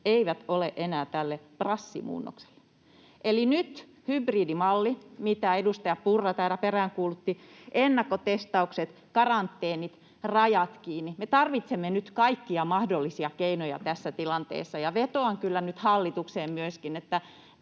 eivät ole enää tälle brassimuunnokselle.” Eli nyt hybridimalli, mitä edustaja Purra täällä peräänkuulutti, ennakkotestaukset, karanteenit, rajat kiinni. Me tarvitsemme nyt kaikkia mahdollisia keinoja tässä tilanteessa. Vetoan kyllä nyt hallitukseen myöskin, että